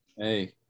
Hey